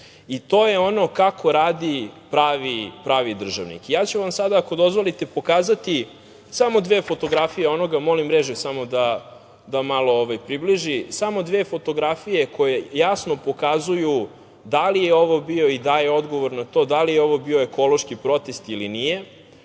I to je ono kako radi pravi državnik. Ja ću sada ako dozvolite, pokazati samo dve fotografije, molim režiju samo da malo približi, samo dve fotografije koje jasno pokazuju da li je ovo bio i daje odgovor na to da li je ovo bio ekološki protest ili nije?